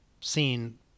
seen